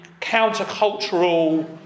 countercultural